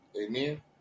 Amen